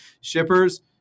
shippers